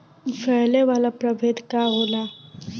फैले वाला प्रभेद का होला?